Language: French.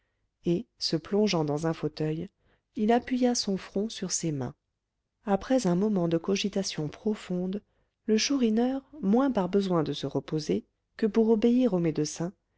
et se plongeant dans un fauteuil il appuya son front sur ses mains après un moment de cogitation profonde le chourineur moins par besoin de se reposer que pour obéir au médecin